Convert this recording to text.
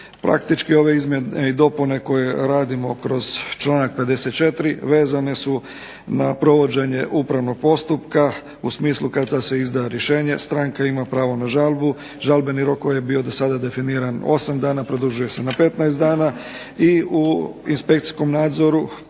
Praktički ove izmjene i dopune koje radimo kroz članak 54. vezane su na provođenje upravnog postupka u smislu kada se izda rješenje stranka ima pravo na žalbu. Žalbeni rok koji je bio do sada definiran osam dana produžuje se na 15 dana i u inspekcijskom nadzoru